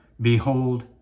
behold